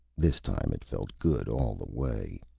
this time it felt good, all the way.